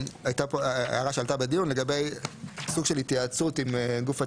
הערה שעלתה בדיון לגבי סוג של התייעצות עם גוף התשתית,